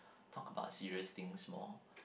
talk about serious things more